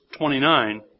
29